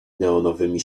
neonowymi